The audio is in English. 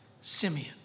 Simeon